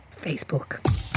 Facebook